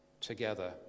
together